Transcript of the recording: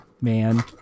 Man